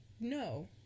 no